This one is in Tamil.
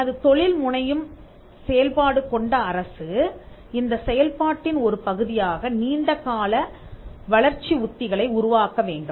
எனது தொழில் முனையும் செயல்பாடு கொண்ட அரசு இந்தச் செயல்பாட்டின் ஒரு பகுதியாக நீண்ட கால வளர்ச்சி உத்திகளை உருவாக்க வேண்டும்